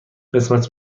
قسمت